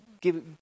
give